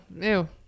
ew